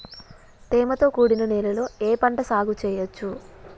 తేమతో కూడిన నేలలో ఏ పంట సాగు చేయచ్చు?